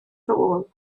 rôl